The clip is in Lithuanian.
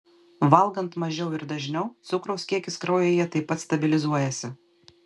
valgant mažiau ir dažniau cukraus kiekis kraujyje taip pat stabilizuojasi